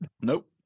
Nope